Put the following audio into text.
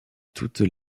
toutes